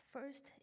First